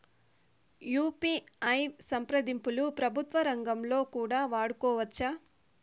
UPI సంప్రదింపులు ప్రభుత్వ రంగంలో కూడా వాడుకోవచ్చా?